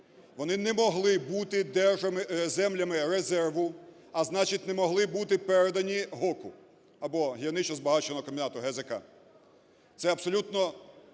Вони не могли бути землями резерву, а значить не могли бути передані ГОКу або гірничо-збагачувальному комбінату (ГЗК). Це абсолютно